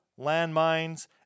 Landmines